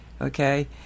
Okay